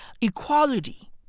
equality